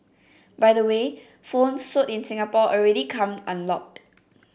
by the way phones sold in Singapore already come unlocked